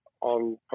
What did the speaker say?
on